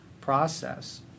process